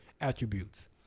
attributes